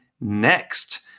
next